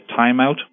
timeout